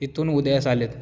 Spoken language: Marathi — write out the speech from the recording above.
इथून उदयास आलेत